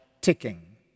ticking